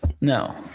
No